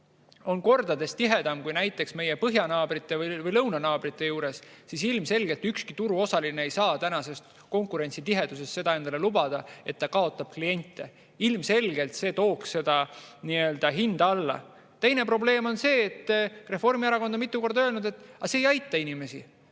kordades tihedam kui näiteks meie põhjanaabrite või lõunanaabrite juures, siis ilmselgelt ükski turuosaline ei saa tänases konkurentsitiheduses endale lubada, et ta kaotab kliente. Ilmselgelt see tooks seda hinda alla. Teine probleem on see, et Reformierakond on mitu korda öelnud, et see ei aita inimesi.